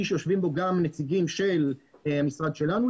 שיושבים בו גם נציגים של המשרד שלנו,